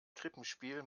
krippenspiel